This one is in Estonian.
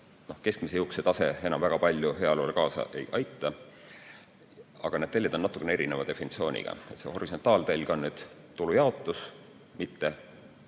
keskmise jõukuse tase enam väga palju heaolule kaasa ei aita. Aga need teljed on natukene erineva definitsiooniga. See horisontaaltelg on tulujaotus, mitte